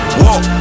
walk